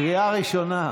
קריאה ראשונה.